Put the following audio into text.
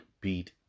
beat